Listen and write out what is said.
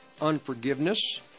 unforgiveness